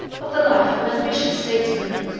of the life of an ambitious statesman.